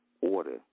Order